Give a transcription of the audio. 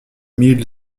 mille